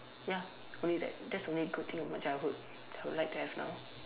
ya only that that's the only good thing of my childhood I would like to have now